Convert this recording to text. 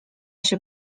się